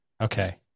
Okay